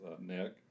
Nick